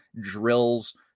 drills